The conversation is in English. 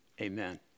amen